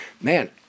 man